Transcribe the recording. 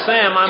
Sam